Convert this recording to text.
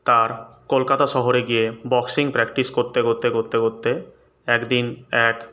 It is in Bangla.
তার কলকাতা শহরে গিয়ে বক্সিং প্র্যাকটিস করতে করতে করতে করতে একদিন এক